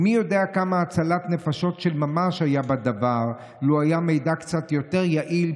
ומי יודע כמה הצלת נפשות של ממש היה בדבר לו היה מידע קצת יותר יעיל,